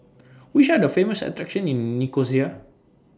Which Are The Famous attractions in Nicosia